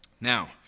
Now